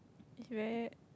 where